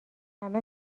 همه